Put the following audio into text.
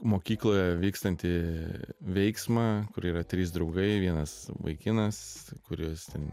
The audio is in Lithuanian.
mokykloje vykstantį veiksmą kur yra trys draugai vienas vaikinas kuris ten